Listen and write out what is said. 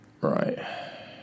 Right